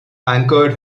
anchored